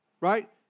right